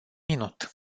minut